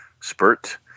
Spurt